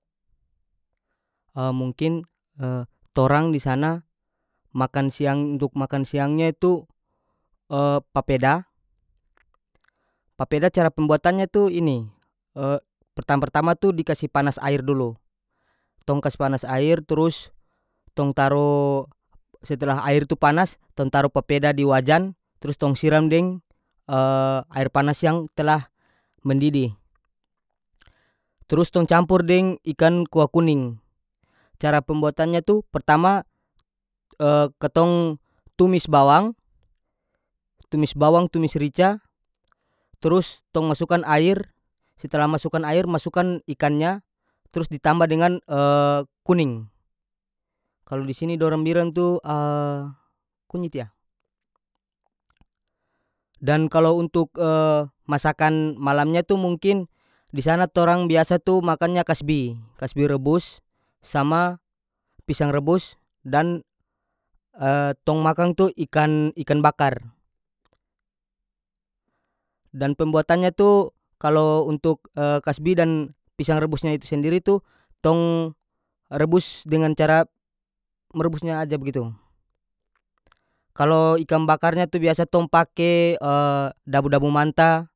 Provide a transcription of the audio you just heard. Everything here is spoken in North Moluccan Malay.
mungkin torang di sana makan siang untuk makan siangnya itu papeda papeda cara pembuatannya tu ini pertam- pertama tu di kasi panas air dulu tong kas panas air trus tong taro setelah air tu panas tong taru papeda di wajan trus tong siram deng air panas yang telah mendidih trus tong campur deng ikan kuah kuning cara pembuatannya tu pertama katong tumis bawang- tumis bawang tumis rica trus tong masukan air setelah masukan air masukan ikannya trus ditambah dengan kuning kalu di sini dorang bilang tu kunyit yah dan kalo untuk masakan malamnya tu mungkin di sana torang biasa tu makannya kasbi kasbi rebus sama pisang rebus dan tong makang tu ikan- ikan bakar dan pembuatannya tu kalo untuk kasbi dan pisang rebusnya itu sendiri tu tong rebus dengan cara merebusnya aja begitu kalo ikan bakarnya tu biasa tong pake dabu-dabu manta.